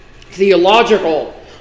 theological